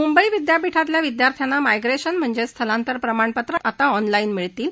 म्ंबई विदयापीठातल्या विदयार्थ्यांना मायग्रेशन म्हणजेच स्थलांतर प्रमाणपत्र आता ऑनलाईन मिळतील